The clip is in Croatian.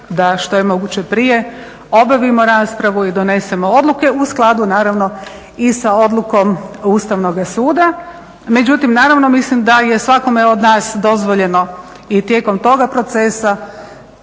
da što je moguće prije obavimo raspravu i donesemo odluke u skladu naravno i sa odlukom Ustavnoga suda, međutim naravno mislim da je svakome od nas dozvoljeno i tijekom toga procesa